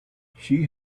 she